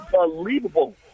Unbelievable